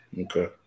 Okay